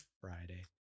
friday